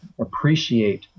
appreciate